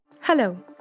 hello